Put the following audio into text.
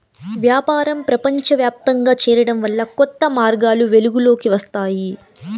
వ్యాపారం ప్రపంచవ్యాప్తంగా చేరడం వల్ల కొత్త మార్గాలు వెలుగులోకి వస్తాయి